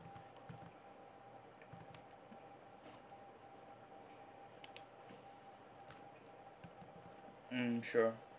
mm sure